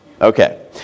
Okay